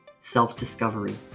self-discovery